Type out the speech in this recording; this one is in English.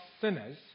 sinners